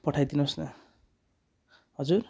पठाइदिनुहोस् ल हजुर